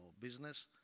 business